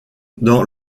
dans